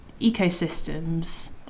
ecosystems